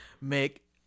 Make